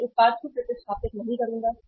मैं उत्पाद को प्रतिस्थापित नहीं करूंगा